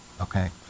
okay